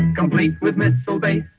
complete with um and so base.